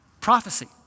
prophecy